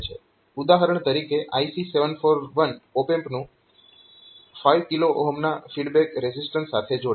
ઉદાહરણ તરીકે IC 741 op એમ્પનું 5 k𝛀 ના ફીડબેક રેઝીઝટન્સ જોડાણ